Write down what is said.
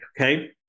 okay